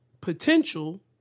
potential